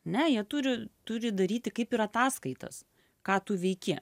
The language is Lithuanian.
ne jie turi turi daryti kaip ir ataskaitas ką tu veiki